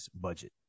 budget